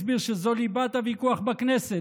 הסביר שזו ליבת הוויכוח בכנסת,